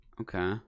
Okay